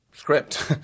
Script